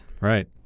Right